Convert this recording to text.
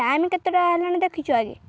time କେତେଟା ହେଲାଣି ଦେଖିଚ ଆଗେ